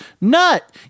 Nut